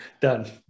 Done